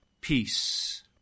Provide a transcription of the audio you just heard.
Peace